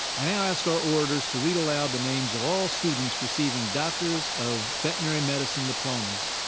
i now ask our orators to read aloud the names of all students receiving doctors of veterinary medicine diplomas.